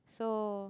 so